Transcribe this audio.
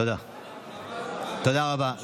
תודה רבה.